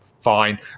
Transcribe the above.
fine